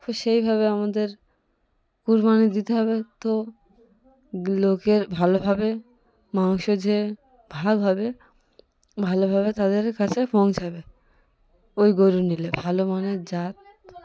তো সেইভাবে আমাদের কুরবানি দিতে হবে তো লোকের ভালোভাবে মাংস যে ভাগ হবে ভালোভাবে তাদের কাছে পৌঁছাবে ওই গরু নিলে ভালো মানের জাত